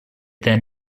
then